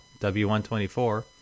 W124